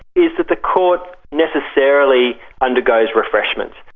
is that the court necessarily undergoes refreshment.